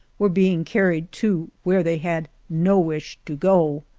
were being carried to where they had no wish to go.